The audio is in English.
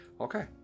Okay